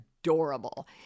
adorable